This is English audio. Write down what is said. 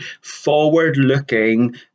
forward-looking